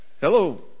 Hello